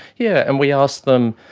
yeah and we asked them,